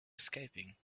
escaping